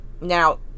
Now